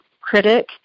critic